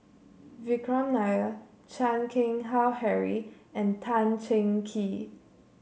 Vikram Nair Chan Keng Howe Harry and Tan Cheng Kee